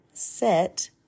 Set